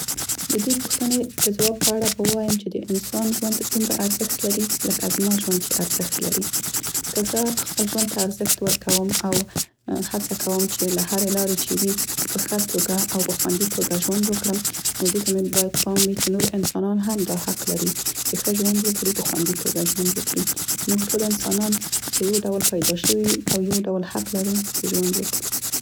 د دې پوښتنې د ځواب په اړه به ووایم چې د انسان ژوند دومره ارزښت لري لکه زما ژوند چې ارزښت لري، که زه خپل ژوند ته ارزښت ورکوم او هڅه کوم چې له هرې لارې چې وي، په ښه توګه او په خوندي توګه ژوند وکړم نو دې ته مې باید پام وي چې نور انسانان هم دا حق لري چې ښه ژوند وکړي، په خوندي توګه ژوند وکړي. موږ ټول انسانان په یو ډول پیدا شوي یو او یو ډول حق لرو چې ژوند وکړو.